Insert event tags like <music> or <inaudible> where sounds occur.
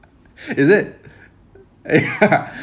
is it yeah <laughs>